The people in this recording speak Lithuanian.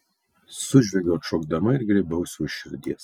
sužviegiau atšokdama ir griebiausi už širdies